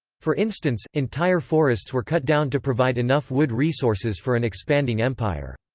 for instance, entire forests were cut down to provide enough wood resources for an expanding empire.